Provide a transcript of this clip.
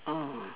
oh